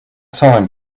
time